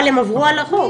אבל הם עברו על החוק.